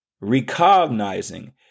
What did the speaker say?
recognizing